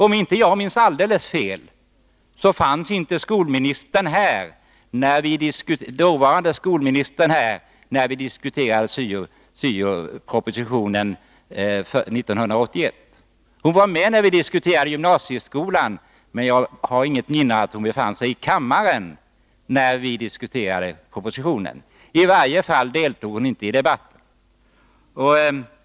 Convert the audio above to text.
Om jag inte minns alldeles fel, fanns inte dåvarande skolministern här när vi diskuterade syo-propositionen 1981. Hon var med när vi diskuterade gymnasieskolan, men jag har inget minne av att hon befann sig i kammaren när vi diskuterade propositionen. I varje fall deltog honinte i debatten.